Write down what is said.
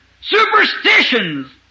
superstitions